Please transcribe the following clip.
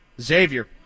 Xavier